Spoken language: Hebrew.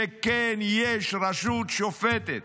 שכן יש רשות שופטת